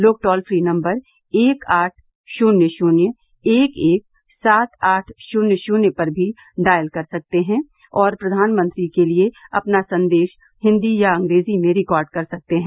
लोग toll free number एक आठ शून्य शून्य एक एक सात आठ शून्य शून्य पर भी डायल कर सकते हैं और प्रधानमंत्री के लिए अपना संदेश हिन्दी या अंग्रेजी में रिकॉर्ड कर सकते हैं